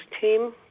team